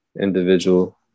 individual